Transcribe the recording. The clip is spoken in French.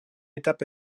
étape